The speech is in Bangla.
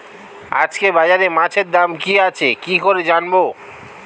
আজকে বাজারে মাছের দাম কি আছে কি করে জানবো?